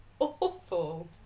awful